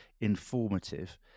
informative